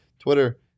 Twitter